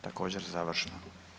Također, završno.